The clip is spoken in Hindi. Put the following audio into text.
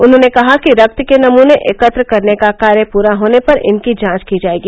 उन्होंने कहा कि रक्त के नमूने एकत्र करने का कार्य पूरा होने पर इनकी जांच की जाएगी